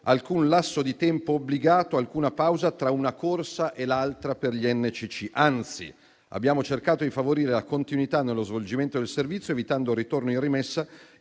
alcun lasso di tempo obbligato o alcuna pausa tra una corsa e l'altra per gli NCC; anzi, abbiamo cercato di favorire la continuità nello svolgimento del servizio, evitando il ritorno in rimessa